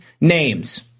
names